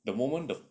the moment the